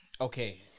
Okay